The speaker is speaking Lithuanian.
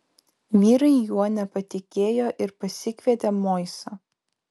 vyrai juo nepatikėjo ir pasikvietė moisą